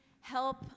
help